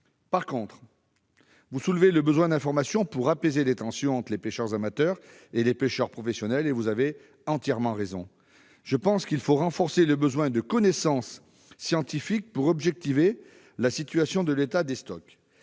incontournables. Vous soulevez le besoin d'information pour apaiser les tensions entre les pêcheurs amateurs et les pêcheurs professionnels, et vous avez entièrement raison. Je pense qu'il faut renforcer nos connaissances scientifiques pour objectiver la situation de l'état des stocks.